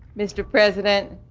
mr. president